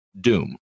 doom